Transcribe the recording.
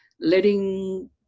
letting